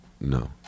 no